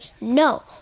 no